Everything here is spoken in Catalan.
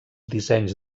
dissenys